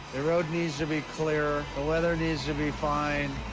the road needs to be clear, the weather needs to be fine,